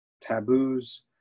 taboos